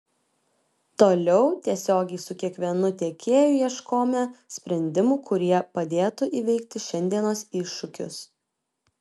toliau tiesiogiai su kiekvienu tiekėju ieškome sprendimų kurie padėtų įveikti šiandienos iššūkius